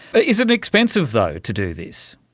ah is it expensive though to do this?